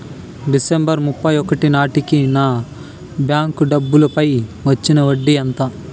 December ముప్పై ఒకటి నాటేకి నా బ్యాంకు డబ్బుల పై వచ్చిన వడ్డీ ఎంత?